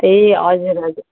ए हजुर हजुर